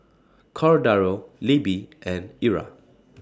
Cordaro Libbie and Ira